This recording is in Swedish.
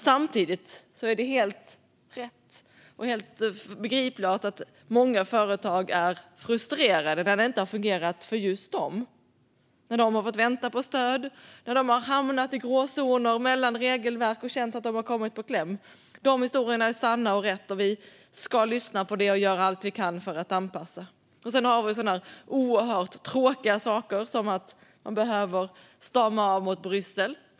Samtidigt är det helt rätt och begripligt att många företag är frustrerade över att det inte har fungerat för just dem när de har fått vänta på stöd, när de har hamnat i gråzoner mellan regelverk och kommit i kläm. De historierna är sanna och riktiga, och vi ska lyssna på dem och göra allt vi kan för att göra anpassningar. Sedan finns det oerhört tråkiga saker, till exempel att stämma av mot Bryssel.